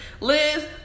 liz